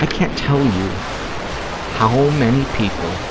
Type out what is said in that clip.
i can't tell you how many people